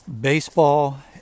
baseball